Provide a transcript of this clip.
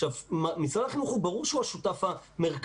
עכשיו, משרד החינוך ברור שהוא השותף המרכזי.